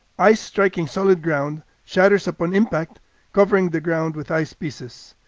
ice striking solid ground shatters upon impact covering the ground with ice pieces.